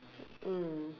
mm